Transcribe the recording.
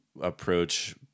approach